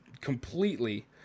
completely